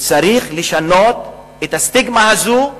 וצריך לשנות את הסטיגמה הזאת.